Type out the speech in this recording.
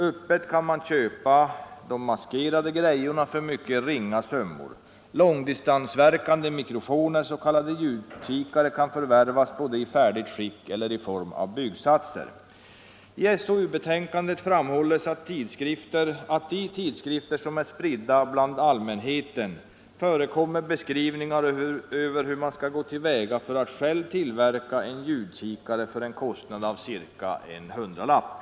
Man kan öppet köpa dessa maskerade tingestar för mycket ringa summor. Långdistansverkande mikrofoner, s.k. ljudkikare, kan förvärvas både i färdigt skick och i form av byggsats. I betänkandet framhålles att det i tidskrifter som är spridda bland allmänheten förekommer beskrivningar av hur man skall gå till väga för att själv tillverka en ”ljudkikare” för en kostnad av ca en hundralapp.